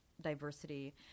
diversity